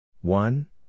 one